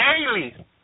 daily